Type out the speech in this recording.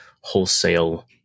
wholesale